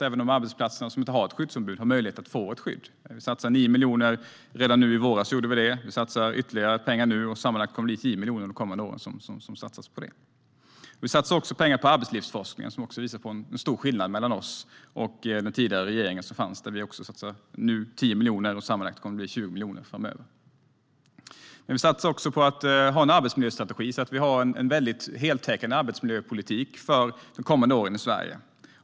Även arbetsplatser som inte har skyddsombud får möjlighet att få ett skydd. Redan i våras satsade vi 9 miljoner. Vi satsar ytterligare pengar nu. Det kommer att satsas sammanlagt 10 miljoner på det under de kommande åren. Vi satsar pengar på arbetslivsforskningen. Det visar på en stor skillnad mellan oss och den tidigare regeringen. Nu satsar vi 10 miljoner. Det kommer att bli sammanlagt 20 miljoner framöver. Vi satsar även på att ha en arbetsmiljöstrategi. Vi har alltså en heltäckande arbetsmiljöpolitik för de kommande åren i Sverige.